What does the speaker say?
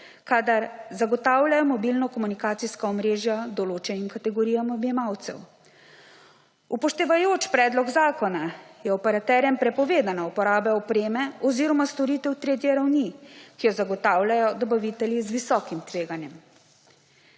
kadar zagotavljajo mobilna komunikacijska omrežja določenim kategorijam odjemalcev. Upoštevajoč predlog zakona je operaterjem prepovedana uporaba opreme oziroma storitev tretje ravni, ki jo zagotavljajo dobavitelji z visokim tveganjem.